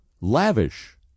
lavish